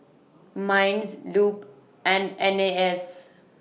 Minds Lup and N A S